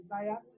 desires